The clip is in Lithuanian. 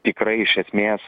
tikrai iš esmės